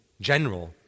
general